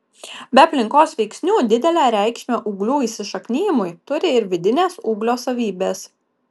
be aplinkos veiksnių didelę reikšmę ūglių įsišaknijimui turi ir vidinės ūglio savybės